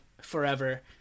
forever